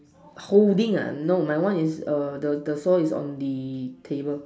holding ah no my one is err the the floor is on the table